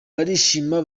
barishima